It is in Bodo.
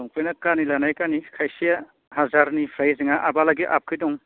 लंपेन्टआ खानि लानाय खानि खायसेआ हाजारनिफ्राय ओजोंआ माबालागै आप दं